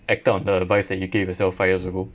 acted on the advice that you gave yourself five years ago